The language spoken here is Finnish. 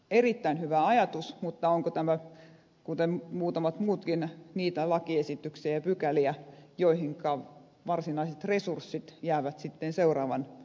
erittäin hyvä ajatus mutta onko tämä kuten muutamat muutkin niitä lakiesityksiä ja pykäliä joihinka varsinaisten resurssien osoittaminen jää sitten seuraavan hallituksen toimeksi